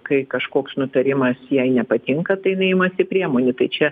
kai kažkoks nutarimas jai nepatinka tai jinai imasi priemonių tai čia